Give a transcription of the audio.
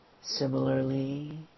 Similarly